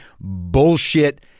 bullshit